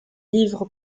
livre